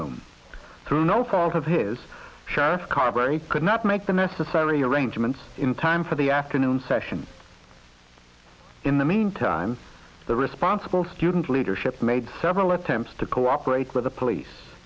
room through no fault of his sheriff carberry could not make the necessary arrangements in time for the afternoon session in the meantime the responsible student leadership made several attempts to cooperate with the police